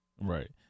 Right